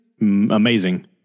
Amazing